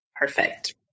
Perfect